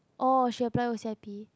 oh she apply O C_I_P